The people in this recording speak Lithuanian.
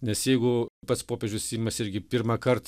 nes jeigu pats popiežius imas irgi pirmąkart